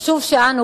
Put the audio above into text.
חשוב שאנו,